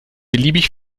beliebig